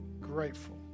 grateful